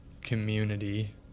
community